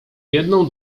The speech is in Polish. jedną